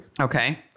okay